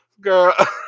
Girl